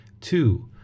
two